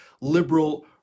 liberal